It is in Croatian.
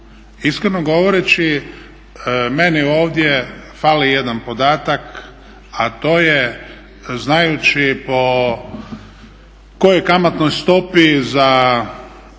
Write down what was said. Iskreno govoreći meni ovdje fali jedan podatak, a to je znajući po kojoj kamatnoj stopi za